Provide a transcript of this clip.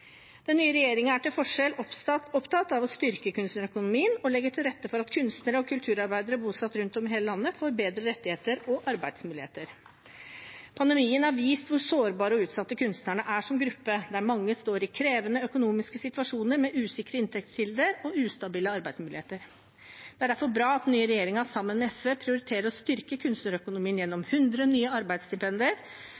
Den nye regjeringen er til forskjell opptatt av å styrke kunstnerøkonomien og legger til rette for at kunstnere og kulturarbeidere bosatt rundt om i hele landet får bedre rettigheter og arbeidsmuligheter. Pandemien har vist hvor sårbare og utsatte kunstnerne er som gruppe, der mange står i krevende økonomiske situasjoner med usikre inntektskilder og ustabile arbeidsmuligheter. Det er derfor bra at den nye regjeringen sammen med SV prioriterer å styrke kunstnerøkonomien gjennom